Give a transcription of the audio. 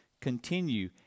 continue